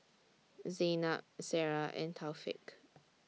Zaynab Sarah and Taufik